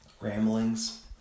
ramblings